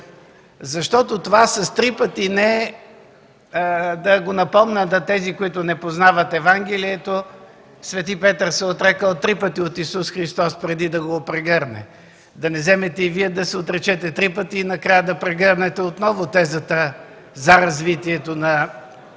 Защото това с три пъти „не” – да напомня за тези, които не познават Евангелието, Свети Петър се отрекъл три пъти от Исус Христос преди да го прегърне. Да не вземете и Вие да се отречете три пъти и накрая да прегърнете отново тезата за развитието на ядрена